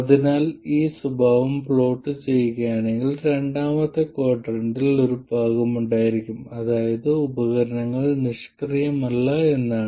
അതിനാൽ നിങ്ങൾ ഈ സ്വഭാവം പ്ലോട്ട് ചെയ്യുകയാണെങ്കിൽ രണ്ടാമത്തെ ക്വാഡ്രന്റിൽ ഒരു ഭാഗം ഉണ്ടാകും അതായത് ഉപകരണങ്ങൾ നിഷ്ക്രിയമല്ല എന്നാണ്